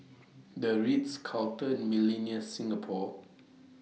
The Ritz Carlton Millenia Singapore